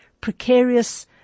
precarious